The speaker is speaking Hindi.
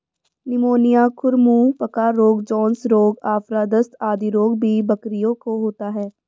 निमोनिया, खुर मुँह पका रोग, जोन्स रोग, आफरा, दस्त आदि रोग भी बकरियों को होता है